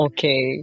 Okay